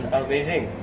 amazing